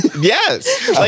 Yes